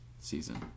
season